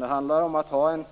Det handlar om att ha en